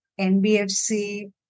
NBFC